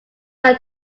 our